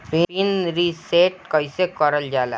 Pin reset कईसे करल जाला?